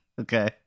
Okay